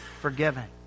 forgiven